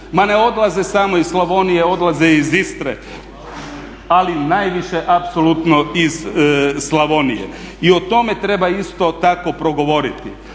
Ma ne odlaze samo iz Slavonije, odlaze i iz Istre. Ali najviše apsolutno iz Slavonije. I o tome treba isto tako progovoriti.